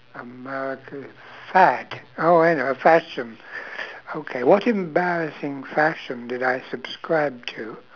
america fad oh I know fashion okay what embarrassing fashion did I subscribe to